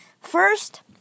First